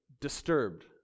disturbed